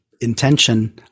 intention